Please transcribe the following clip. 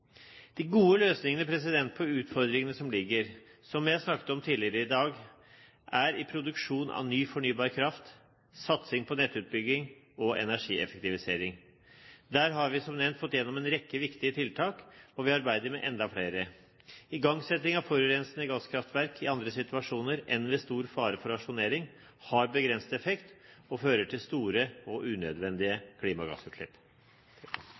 De gode løsningene på utfordringene som ligger der, og som jeg snakket om tidligere i dag, er produksjon av ny fornybar kraft, satsing på nettutbygging og energieffektivisering. Der har vi som nevnt fått gjennom en rekke viktige tiltak, og vi arbeider med enda flere. Igangsetting av forurensende gasskraftverk i andre situasjoner enn ved stor fare for rasjonering, har begrenset effekt og fører til store og